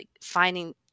finding